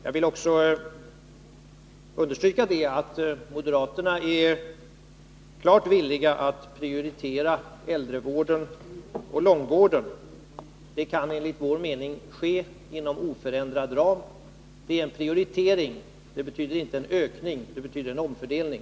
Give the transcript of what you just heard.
Jag vill också understryka att moderaterna är klart villiga att prioritera äldrevården och långvården. Det kan enligt vår mening ske inom oförändrad ram genom en prioritering. Det betyder inte en ökning utan en omfördelning.